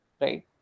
right